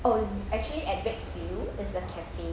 oh it is actually at red hill it's a cafe